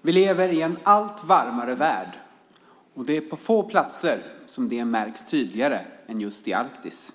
Fru talman! Vi lever i en allt varmare värld. Det är på få platser det märks tydligare än just i Arktis.